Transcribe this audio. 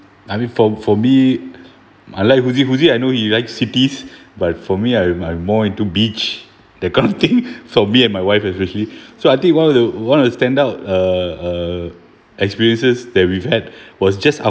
I mean for for me I like huzi huzi I know he like cities but for me I'm I'm more into beach that kind of thing for me and my wife especially so I think one of the one of the stand out uh uh experiences that we had was just